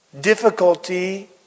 difficulty